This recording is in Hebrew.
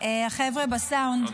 החבר'ה בסאונד?